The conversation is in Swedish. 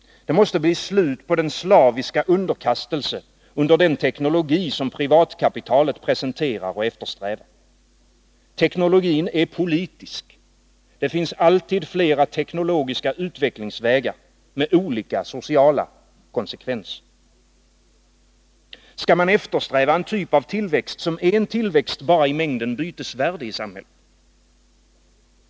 Det måste bli slut på den slaviska underkastelsen under den teknologi som privatkapitalet presenterar och eftersträvar. Teknologin är politisk, det finns alltid flera teknologiska utvecklingsvägar, med olika sociala konsekvenser. Skall man eftersträva en typ av tillväxt som är en tillväxt bara i mängden bytesvärde i samhället?